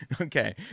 Okay